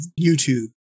youtube